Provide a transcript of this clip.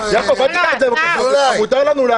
מותר לנו.